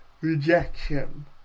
rejection